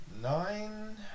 Nine